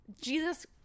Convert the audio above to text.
Jesus